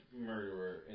murderer